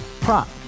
prop